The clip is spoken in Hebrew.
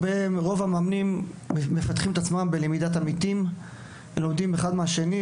רוב המאמנים מפתחים את עצמם בלמידת עמיתים; לומדים אחד מהשני,